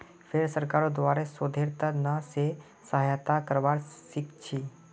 फेर सरकारेर द्वारे शोधेर त न से सहायता करवा सीखछी